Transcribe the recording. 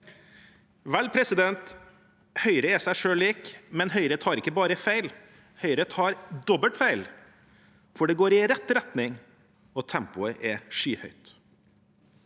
Vel, Høyre er seg selv lik, men Høyre tar ikke bare feil, Høyre tar dobbelt feil. For det går i rett retning, og tempoet er skyhøyt.